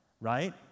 right